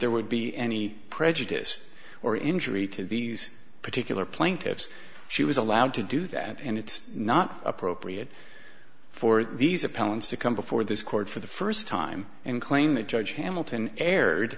there would be any prejudice or injury to these particular plaintiffs she was allowed to do that and it's not appropriate for these appellants to come before this court for the first time and claim that judge hamilton erred